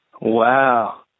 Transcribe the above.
Wow